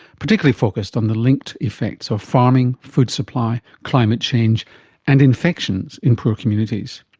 particularly focused on the linked effects of farming, food supply, climate change and infections in poor communities.